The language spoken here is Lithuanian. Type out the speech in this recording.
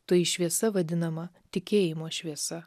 toji šviesa vadinama tikėjimo šviesa